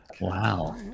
Wow